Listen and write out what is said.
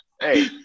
Hey